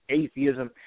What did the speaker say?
atheism